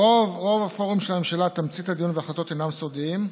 ברוב הפורומים של הממשלה תמצית הדיון וההחלטות אינם סודיים,